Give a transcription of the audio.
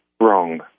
wrong